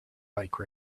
bike